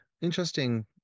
Interesting